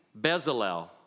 Bezalel